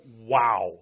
wow